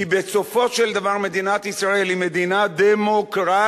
כי בסופו של דבר מדינת ישראל היא מדינה דמוקרטית,